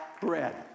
bread